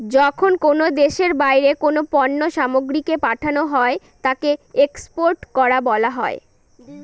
যখন কোনো দেশের বাইরে কোনো পণ্য সামগ্রীকে পাঠানো হয় তাকে এক্সপোর্ট করা বলা হয়